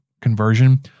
conversion